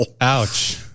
Ouch